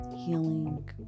healing